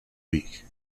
week